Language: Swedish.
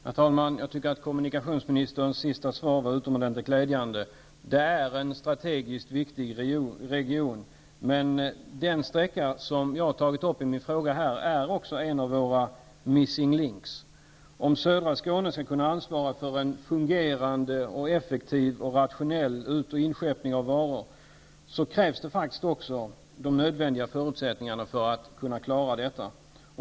Herr talman! Jag tycker att kommunikationsministerns sista svar var utomordentligt glädjande. Skåne är strategiskt en viktig region. Men den sträcka som jag har tagit upp i min fråga är också en av våra s.k. missing links. Om södra Skåne skall kunna ansvara för en fungerande, effektiv och rationell ut och inskeppning av varor, krävs faktiskt också de nödvändiga förutsättningarna för att kunna klara detta.